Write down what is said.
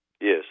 Yes